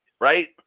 right